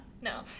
No